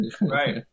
Right